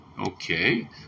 Okay